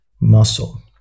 muscle